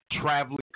traveling